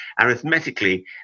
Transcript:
arithmetically